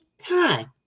time